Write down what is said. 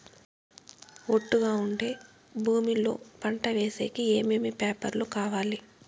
ఒట్టుగా ఉండే భూమి లో పంట వేసేకి ఏమేమి పేపర్లు కావాలి?